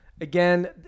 again